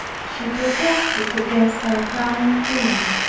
she protested against our coming in.